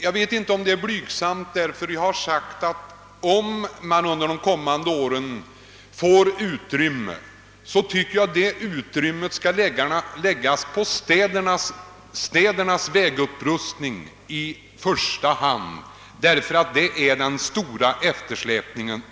Jag vet inte om det är blygsamt att säga som jag gjort, att om vi under de kommande åren får ökat ekonomiskt utrymme tycker jag att pengarna i första hand skall användas till upprustning av städernas bidragsberättigade gatuoch vägleder, ty där råder det stor eftersläpning.